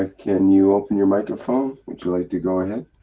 ah can you open your microphone? would you like to go ahead?